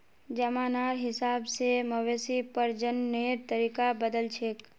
जमानार हिसाब से मवेशी प्रजननेर तरीका बदलछेक